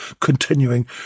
continuing